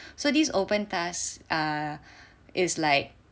so this open task err is like